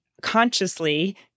consciously